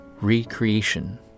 Recreation